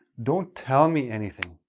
don't tell me anything,